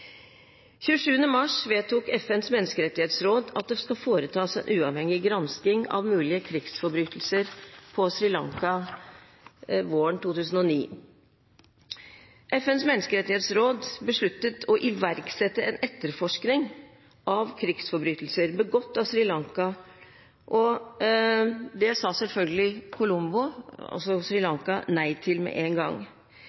mars vedtok FNs menneskerettighetsråd at det skal foretas en uavhengig gransking av mulige krigsforbrytelser på Sri Lanka våren 2009. FNs menneskerettighetsråd besluttet å iverksette en etterforskning av krigsforbrytelser begått av Sri Lanka. Det sa selvfølgelig Colombo – altså